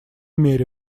мере